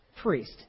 priest